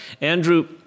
Andrew